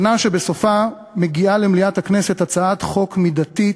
שנה שבסופה מגיעה למליאת הכנסת הצעת חוק מידתית,